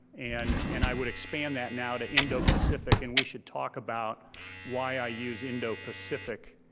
and and i would expand that now to indo-pacific and we should talk about why i use indo-pacific